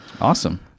Awesome